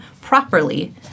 properly